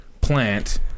plant